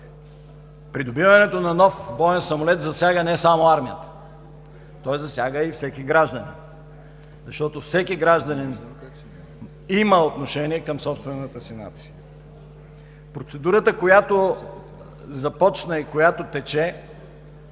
Придобиването на нов боен самолет засяга не само армията. Той засяга и всеки гражданин, защото всеки гражданин има отношение към собствената си нация. Процедурата, която започна и тече